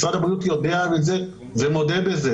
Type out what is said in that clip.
משרד הבריאות יודע את זה ומודה בזה.